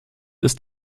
ist